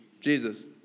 Jesus